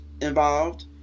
involved